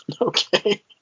Okay